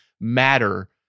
matter